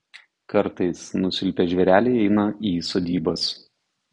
kartais nusilpę žvėreliai eina į sodybas